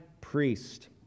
priest